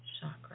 chakra